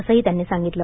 असंही त्यांनी सांगितलं